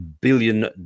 billion